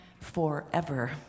forever